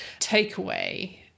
takeaway